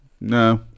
No